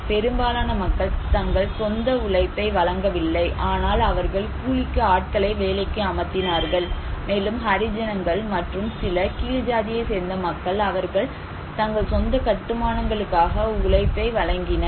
பெரும்பாலான மக்கள் தங்கள் சொந்த உழைப்பை வழங்கவில்லை ஆனால் அவர்கள் கூலிக்கு ஆட்களை வேலைக்கு அமர்த்தினார்கள் மேலும் ஹரிஜனங்கள் மற்றும் சில கீழ் ஜாதியை சேர்ந்த மக்கள் அவர்கள் அவர்கள் தங்கள் சொந்த கட்டுமானங்களுக்காக உழைப்பை வழங்கினர்